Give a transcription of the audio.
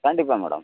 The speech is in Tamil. கண்டிப்பாக மேடம்